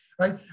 right